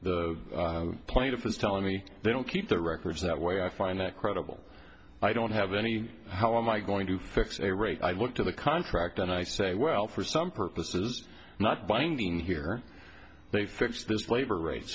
evidence the plaintiff is telling me they don't keep the records that way i find that credible i don't have any how am i going to fix a rate i look to the contract and i say well for some purposes not binding here they fix this labor rate